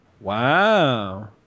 Wow